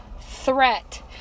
threat